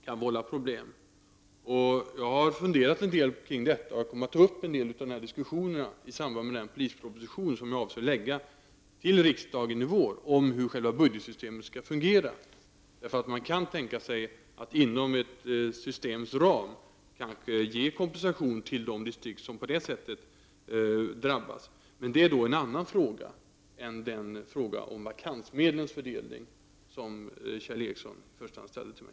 Jag har funderat en del på detta, och jag kommer att ta upp vissa av dessa diskussioner i samband med den polisproposition som jag avser att lägga fram för riksdagen i vår om hur själva budgetsystemet skall fungera. Det kan nämligen tänkas att det inom ett systems ram är möjligt att ge kompensation till de distrikt som drabbas. Men det är en annan fråga än den om vakansmedlens fördelning som Kjell Ericsson ställde till mig.